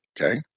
okay